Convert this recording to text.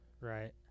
right